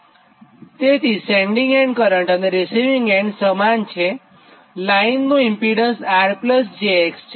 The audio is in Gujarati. તેથી સેન્ડીંગ એન્ડ કરંટ અને રીસિવીંગ એન્ડ કરંટ સરખા છેલાઇનનું ઇમ્પીડન્સ Rj X છે